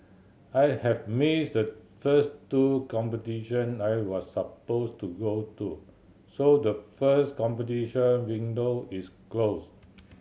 I have missed the first two competition I was supposed to go to so the first competition window is closed